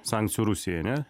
sankcijų rusijai ane